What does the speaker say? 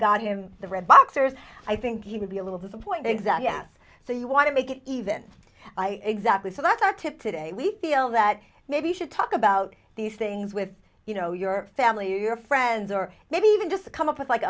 got him the red boxers i think he would be a little disappointing zac yes so you want to make it even exactly so that's our tip today we feel that maybe we should talk about these things with you know your family or friends or maybe even just come up with like